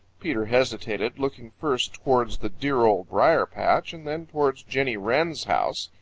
peter hesitated, looking first towards the dear old briar-patch and then towards jenny wren's house.